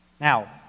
Now